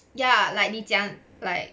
ya like 你讲 like